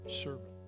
servant